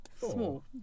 Small